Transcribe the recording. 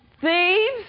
thieves